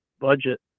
budget